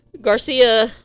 Garcia